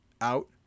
out